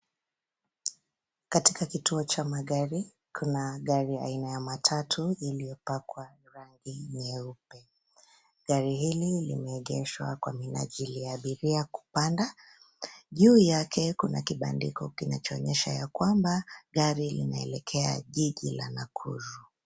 Katika kituo cha magari kuna gari aina ya matatu iliyopakwa rangi nyeupe. Gari hili limeegeshwa kwa minajili ya abiria kupanda, juu yake kuna kibandiko kinachoonyesha ya kwamba gari linaelekea jiji la nakuru.